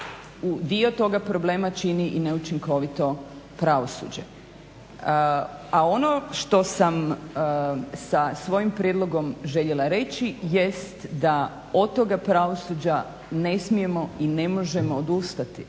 dio toga problema čini i neučinkovito pravosuđe. A ono što sam sa svojim prijedlogom željela reći jest da od toga pravosuđa ne smijemo i ne možemo odustati